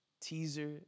teaser